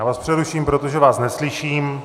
Já vás přeruším, protože vás neslyším.